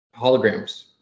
holograms